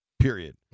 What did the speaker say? Period